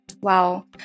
Wow